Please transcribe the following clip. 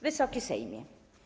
Wysoki Sejmie!